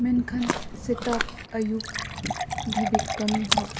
ᱢᱮᱱᱠᱷᱟᱱ ᱥᱮᱛᱟᱜ ᱟᱹᱭᱩᱵ ᱫᱷᱟᱹᱵᱤᱡ ᱠᱟᱹᱢᱤ ᱦᱚᱸ